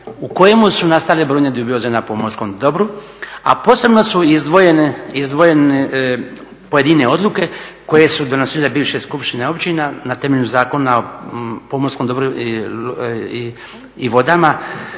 u kojemu su nastale brojne dubioze na pomorskom dobru, a posebno su izdvojene pojedine odluke koje su donosile bivše skupštine općina na temelju Zakona o pomorskom dobru i vodama,